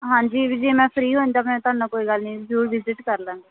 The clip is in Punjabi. ਹਾਂਜੀ ਵੀ ਜੇ ਮੈਂ ਫਰੀ ਹੋਈ ਤਾਂ ਮੈਂ ਤੁਹਾਨੂੰ ਕੋਈ ਗੱਲ ਨਹੀਂ ਜ਼ਰੂਰ ਵਿਜਿਟ ਕਰ ਲਵਾਂਗੇ